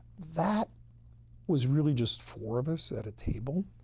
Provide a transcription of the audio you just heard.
that was really just four of us at a table,